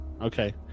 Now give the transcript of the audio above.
Okay